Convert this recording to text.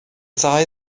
ddau